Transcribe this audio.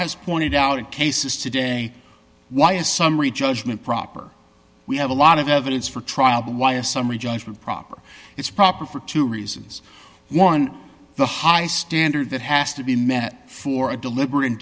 has pointed out it cases today why a summary judgment proper we have a lot of evidence for trial but why a summary judgment proper it's proper for two reasons one the high standard that has to be met for a deliberate